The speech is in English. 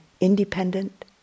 independent